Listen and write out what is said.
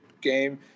game